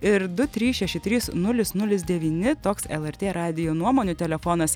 ir du trys šeši trys nulis nulis devyni toks lrt radijo nuomonių telefonas